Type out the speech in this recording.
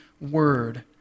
word